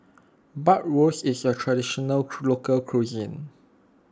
Bratwurst is a Traditional Local Cuisine